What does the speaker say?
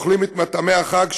אוכלים את מטעמי החג,